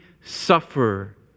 suffer